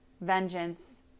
vengeance